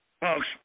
folks